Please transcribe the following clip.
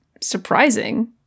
surprising